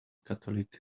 catholic